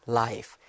life